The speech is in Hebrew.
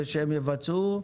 ושהם יבצעו,